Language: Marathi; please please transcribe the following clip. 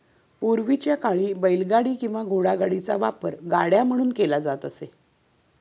पूर्वीच्या काळी बैलगाडी किंवा घोडागाडीचा वापर गाड्या म्हणून केला जात असे